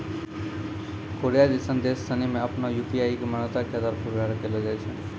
Korea जैसन देश सनि मे आपनो यू.पी.आई के मान्यता के आधार पर व्यवहार कैलो जाय छै